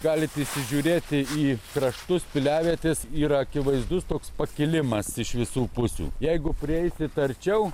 galit įsižiūrėti į kraštus piliavietės yra akivaizdus toks pakilimas iš visų pusių jeigu prieisit arčiau